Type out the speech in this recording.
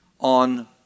on